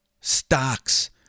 stocks